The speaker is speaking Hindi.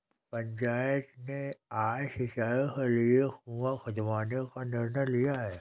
पंचायत ने आज सिंचाई के लिए कुआं खुदवाने का निर्णय लिया है